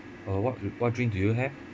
oh what what drink do you have